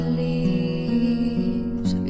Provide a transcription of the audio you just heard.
leaves